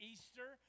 Easter